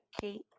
Kate